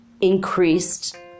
increased